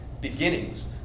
beginnings